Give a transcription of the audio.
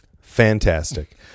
Fantastic